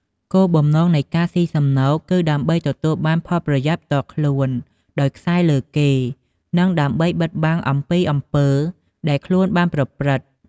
គោលបំណងនៃការស៊ីសំណូក គឺដើម្បីទទួលបានផលប្រយោជន៍ផ្ទាល់ខ្លួន ដោយខ្សែលើគេ និងដើម្បីបិតបាំងអំពីអំពើដែលខ្លួនបានប្រព្រឹត្តិ។